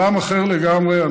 עולם אחר לגמרי.